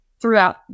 throughout